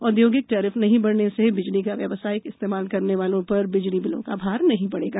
औदयोगिक टैरिफ नहीं बढ़ने से बिजली का व्यावसायिक इस्तेमाल करने वालों पर बिजली बिलों का भार नहीं बढ़ेगा